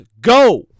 go